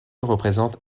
représente